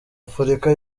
afurika